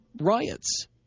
riots